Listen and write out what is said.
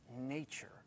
nature